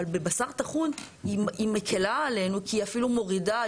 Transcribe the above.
בבשר טחון היא מקלה עלינו כי היא אפילו מורידה,